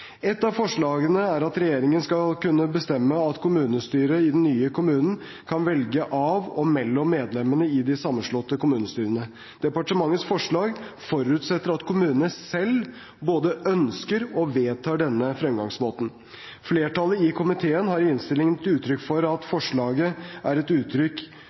Et av forslagene er at regjeringen skal kunne bestemme at kommunestyret i den nye kommunen kan velge av og mellom medlemmene i de sammenslåtte kommunestyrene. Departementets forslag forutsetter at kommunene selv både ønsker og vedtar denne fremgangsmåten. Flertallet i komiteen har i innstillingen gitt uttrykk for at forslaget er et uttrykk